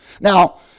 Now